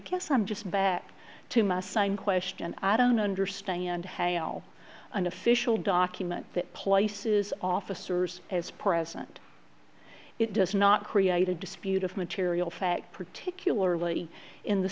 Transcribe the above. guess i'm just back to my sign question i don't understand hail an official document that places officers as president it does not create a dispute of material fact particularly in the